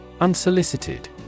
Unsolicited